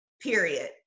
period